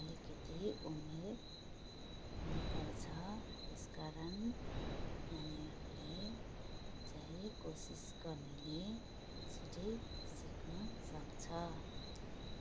अलिकति उमेर हुनुपर्छ यसकारण नानीहरूले चाहिँ कोसिस गर्नेले छिटै सिक्न सक्छ